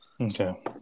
Okay